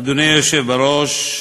אדוני היושב בראש,